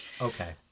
Okay